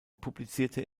publizierte